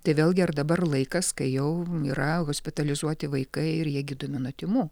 tai vėlgi ar dabar laikas kai jau yra hospitalizuoti vaikai ir jie gydomi nuo tymų